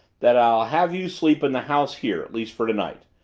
that i'll have you sleep in the house here, at least for tonight.